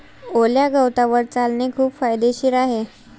ओल्या गवतावर चालणे खूप फायदेशीर आहे